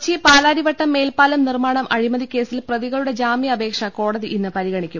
കൊച്ചി പാലാരിവട്ടം മേൽപാലം നിർമ്മാണം അഴിമതി കേസിൽ പ്രതികളുടെ ജാമൃാപേക്ഷ കോടതി ഇന്ന് പരിഗണിക്കും